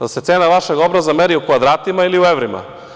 Jel se cena vašeg obraza meri u kvadratima ili u evrima?